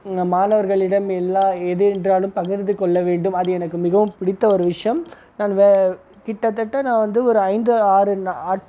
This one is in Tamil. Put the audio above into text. நான் மாணவர்களிடம் எல்லா எது என்றாலும் பகிர்ந்து கொள்ளவேண்டும் அது எனக்கு மிகவும் பிடித்த ஒரு விஷயோம் நான் கிட்டத்தட்ட நான் வந்து ஒரு ஐந்து ஆறு